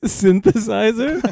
synthesizer